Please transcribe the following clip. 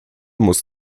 muss